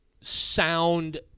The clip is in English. sound